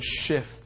shift